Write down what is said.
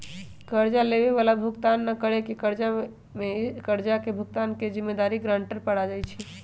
कर्जा लेबए बला भुगतान न करेके स्थिति में कर्जा के भुगतान के जिम्मेदारी गरांटर पर आ जाइ छइ